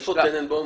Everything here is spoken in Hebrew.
איפה טננבוים?